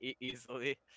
easily